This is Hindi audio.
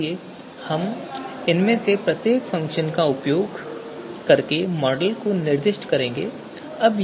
इसलिए हम इनमें से प्रत्येक फ़ंक्शन का उपयोग करके मॉडल निर्दिष्ट करेंगे